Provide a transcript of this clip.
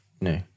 No